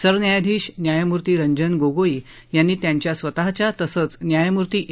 सरन्यायाधीश न्यायमूर्ती रंजन गोगोई यांनी त्यांच्या स्वतःच्या तसंच न्यायमूर्ती ए